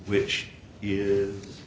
which is